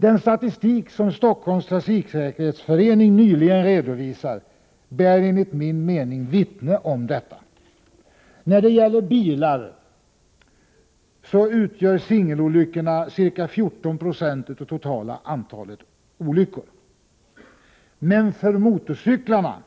Den statistik som Stockholms trafiksäkerhetsförening nyligen redovisat vittnar enligt min mening om detta. När det gäller bilar utgör singelolyckorna ca 14970 av det totala antalet olyckor. För motorcyklarna